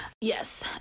Yes